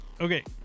Okay